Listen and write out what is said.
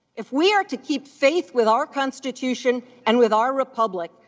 if we are to keep faith with our constitution and with our republic,